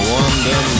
Wonder